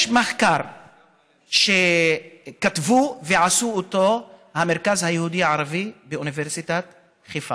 יש מחקר שכתבו ועשו במרכז היהודי-ערבי ואוניברסיטת חיפה.